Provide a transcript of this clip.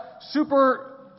super